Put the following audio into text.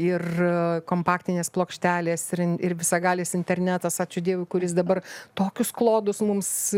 ir kompaktinės plokštelės ir visagalis internetas ačiū dievui kuris dabar tokius klodus mums